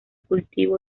cultivo